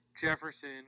Jefferson